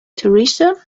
teresa